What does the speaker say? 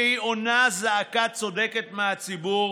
שהיא עונה על זעקה צודקת מהציבור